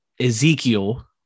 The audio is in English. Ezekiel